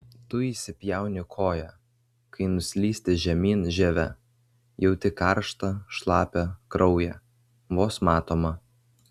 tu įsipjauni koją kai nuslysti žemyn žieve jauti karštą šlapią kraują vos matomą